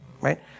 right